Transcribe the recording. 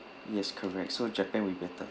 yes correct so japan will be better